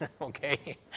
okay